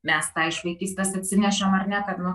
mes tą iš vaikystės atsinešėm ar ne kad nu